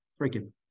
freaking